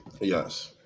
Yes